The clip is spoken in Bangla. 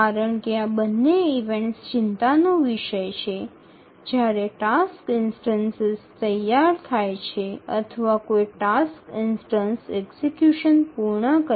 কারন এই দুটি ঘটনা চিন্তার বিষয় যখন কোনও টাস্ক ইনস্ট্যান্স প্রস্তুত হয়ে যায় বা কোনও টাস্ক ইভেন্ট সম্পাদন সম্পন্ন করে